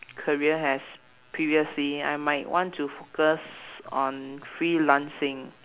career as previously I might want to focus on freelancing